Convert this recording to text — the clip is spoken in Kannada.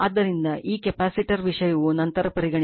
ಆದ್ದರಿಂದ ಈ ಕೆಪಾಸಿಟರ್ ವಿಷಯವು ನಂತರ ಪರಿಗಣಿಸೋಣ